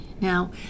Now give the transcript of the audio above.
Now